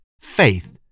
faith